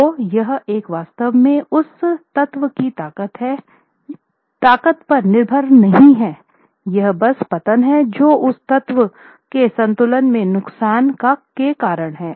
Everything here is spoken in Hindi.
तो यहाँ यह वास्तव में उस तत्व की ताकत पर निर्भर नहीं है यह बस पतन है जो उस तत्व के संतुलन के नुकसान के कारण है